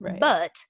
but-